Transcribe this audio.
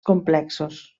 complexos